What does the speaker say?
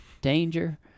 danger